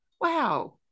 wow